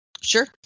sure